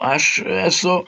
aš esu